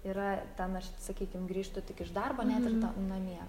yra ten aš sakykim grįžtu tik iš darbo net ir ta namie